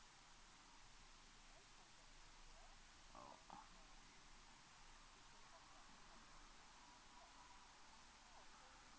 oh